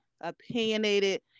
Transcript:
opinionated